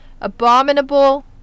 abominable